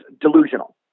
delusional